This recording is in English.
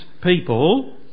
people